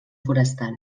forestal